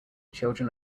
children